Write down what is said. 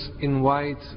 invite